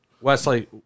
Wesley